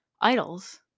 idols